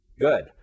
Good